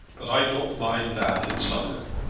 but i don't mind that in summer.